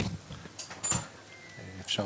אם אפשר